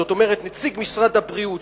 זאת אומרת נציג משרד הבריאות,